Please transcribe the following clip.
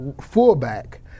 fullback